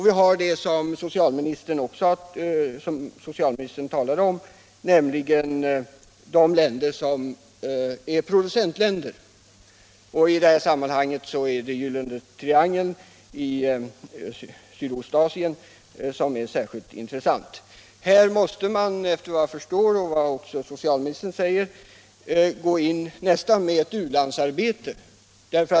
Vi har vidare det som socialministern talade om, nämligen producentländerna, och i det sammanhanget bl.a. är det en triangel i Sydostasien som är särskilt intressant. Här måste man, efter vad jag förstår och som också socialministern säger, gå in med något som nästan är ett u-landsarbete.